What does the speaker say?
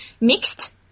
mixed